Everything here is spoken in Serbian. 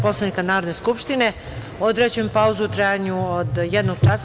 Poslovnika Narodne skupštine, određujem pauzu u trajanju od jednog časa.